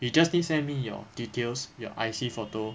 you just send me your details your I_C photo